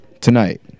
Tonight